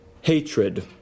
hatred